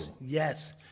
Yes